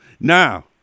Now